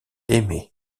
aimée